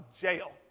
jail